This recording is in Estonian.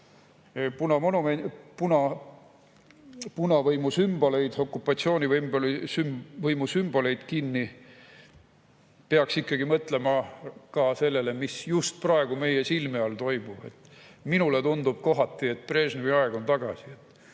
punavõimu sümboleid, okupatsioonivõimu sümboleid kinni, peaks ikkagi mõtlema ka sellele, mis just praegu meie silme all toimub. Minule tundub kohati, et Brežnevi aeg on tagasi: